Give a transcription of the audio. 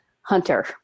hunter